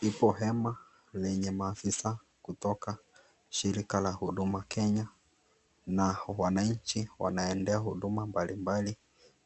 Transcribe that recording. Ipo hema lenye maafisa kutoka shirika la huduma Kenya na wananchi wanaendea huduma mbalimbali